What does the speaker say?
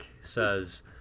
says